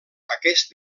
aquest